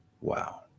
wow